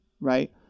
right